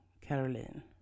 Caroline